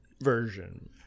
version